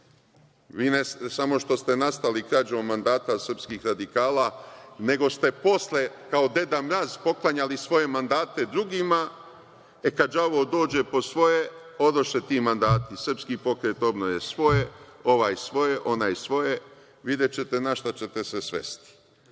Vi ne samo što ste nastavili krađom mandata srpskih radikala, nego ste posle kao Deda Mraz poklanjali svoje mandate drugima, pa kada đavo dođe po svoje odoše ti mandati. Srpski pokret obnove svoje, ovoj svoje, onaj svoje. Videćete na šta ćete svesti. Ovi